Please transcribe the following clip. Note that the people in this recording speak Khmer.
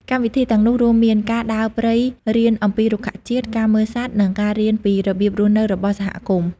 កម្មវិធីទាំងនោះរួមមានការដើរព្រៃរៀនអំពីរុក្ខជាតិ ការមើលសត្វ និងការរៀនពីរបៀបរស់នៅរបស់សហគមន៍។